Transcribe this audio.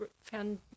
found